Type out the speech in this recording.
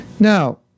Now